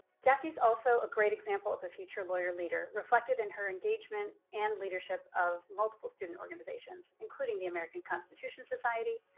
jackie's also a great example of a future lawyer-leader, reflected in her engagement and leadership of multiple student organizations, including the american constitution society,